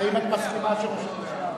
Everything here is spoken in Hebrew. האם את מסכימה שראש הממשלה, ?